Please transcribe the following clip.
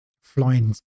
Flying